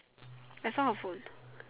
I saw her phone